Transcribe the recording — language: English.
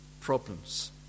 problems